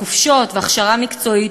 חופשות והכשרה מקצועית.